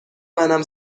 منم